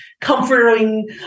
comforting